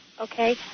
okay